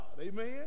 Amen